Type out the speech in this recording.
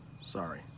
Sorry